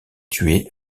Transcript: tué